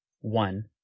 One